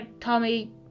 Tommy